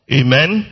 amen